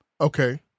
Okay